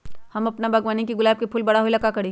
हम अपना बागवानी के गुलाब के फूल बारा होय ला का करी?